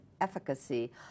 efficacy